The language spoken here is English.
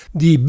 di